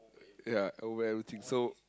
yeah over everything so